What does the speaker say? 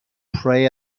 pray